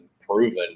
proven